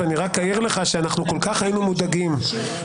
ואני רק אעיר לך שאנחנו כל כך היינו מודאגים מהמגמה